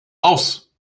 aus